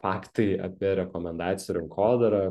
faktai apie rekomendacijų rinkodarą